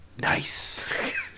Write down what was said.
Nice